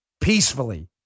peacefully